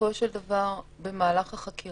בסופו של דבר במהלך החקירה,